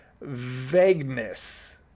vagueness